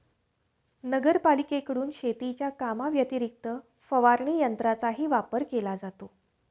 नगरपालिकेकडून शेतीच्या कामाव्यतिरिक्त फवारणी यंत्राचाही वापर केला जातो